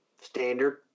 standard